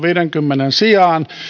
viidenkymmenen sijaan